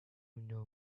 know